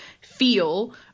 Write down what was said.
feel